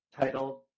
titled